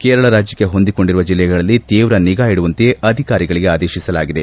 ಕೇರಳ ರಾಜ್ಯಕ್ಷೆ ಹೊಂದಿಕೊಂಡಿರುವ ಜಿಲ್ಲೆಗಳಲ್ಲಿ ತೀವ್ರ ನಿಗಾ ಇಡುವಂತೆ ಅಧಿಕಾರಿಗಳಿಗೆ ಆದೇಶಿಸಲಾಗಿದೆ